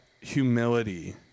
humility